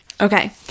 Okay